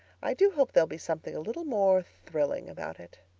i do hope there'll be something a little more thrilling about it.